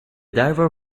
diver